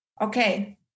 okay